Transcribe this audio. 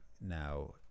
Now